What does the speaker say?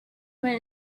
went